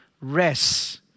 Rest